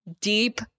Deep